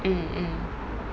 mm mm